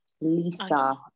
Lisa